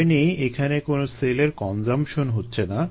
ধরে নিই এখানে কোনো সেলের কনজাম্পশন হচ্ছে না